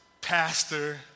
pastor